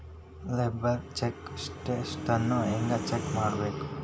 Labour check ಸ್ಟೆಟಸನ್ನ ಹೆಂಗ್ check ಮಾಡ್ಕೊಬೇಕ್?